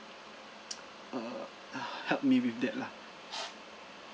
uh help me with that lah